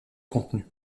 contenu